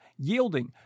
yielding